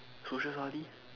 social study